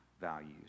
values